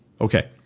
Okay